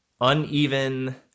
uneven